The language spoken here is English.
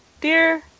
dear